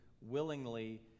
willingly